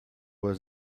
was